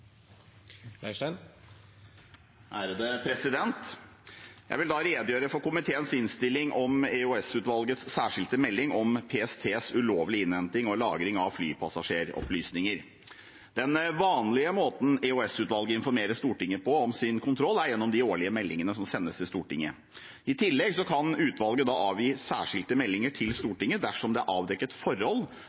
Jeg vil redegjøre for komiteens innstilling om EOS-utvalgets særskilte melding om PSTs ulovlige innhenting og lagring av flypassasjeropplysninger. Den vanlige måten EOS-utvalget informerer Stortinget på om sin kontroll, er gjennom de årlige meldingene som sendes til Stortinget. I tillegg kan utvalget avgi særskilte meldinger til Stortinget dersom det er avdekket forhold